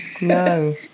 No